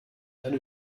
eine